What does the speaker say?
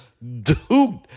dude